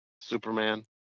Superman